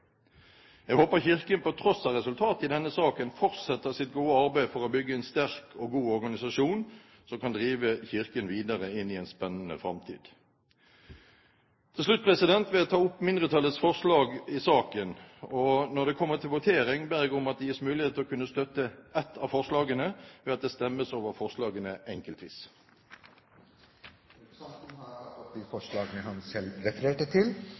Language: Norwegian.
Jeg håper Kirken på tross av resultatet i denne saken fortsetter sitt gode arbeid for å bygge en sterk og god organisasjon som kan drive Kirken videre inn i en spennende framtid. Til slutt vil jeg ta opp mindretallets forslag i saken. Når det kommer til votering, ber jeg om at det gis mulighet til å kunne støtte ett av forslagene ved at det stemmes over forslagene enkeltvis. Representanten Svein Harberg har tatt opp de forslagene han refererte til.